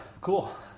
Cool